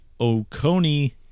Oconee